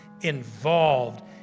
involved